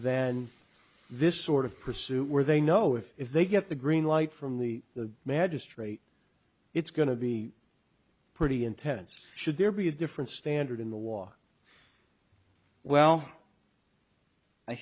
then this sort of pursuit where they know if they get the green light from the the magistrate it's going to be pretty intense should there be a different standard in the water well i